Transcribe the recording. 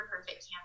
perfect